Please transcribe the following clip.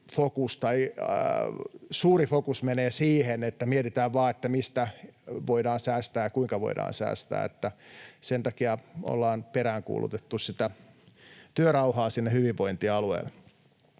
suurin fokus menee siihen, että mietitään vaan, mistä voidaan säästää ja kuinka voidaan säästää. Sen takia ollaan peräänkuulutettu sitä työrauhaa sinne hyvinvointialueille.